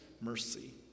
mercy